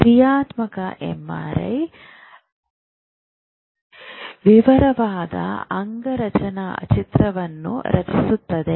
ಕ್ರಿಯಾತ್ಮಕ ಎಂಆರ್ಐ ವಿವರವಾದ ಅಂಗರಚನಾ ಚಿತ್ರವನ್ನು ರಚಿಸುತ್ತದೆ